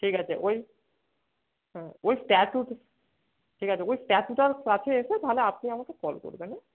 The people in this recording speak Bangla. ঠিক আছে ওই হ্যাঁ ওই স্ট্যাচু ঠিক আছে ওই স্ট্যাচুটার কাছে এসে তাহলে আপনি আমাকে কল করবেন হ্যাঁ